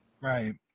Right